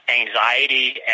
anxiety